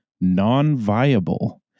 non-viable